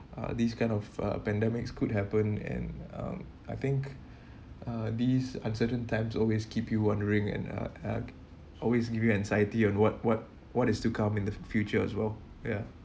uh this kind of uh pandemics could happen and um I think uh these uncertain times always keep you wondering and uh uh always give you anxiety on what what what is to come in the future as well ya